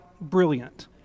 brilliant